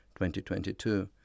2022